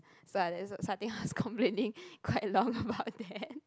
so so I think I was complaining quite long about that